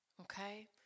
okay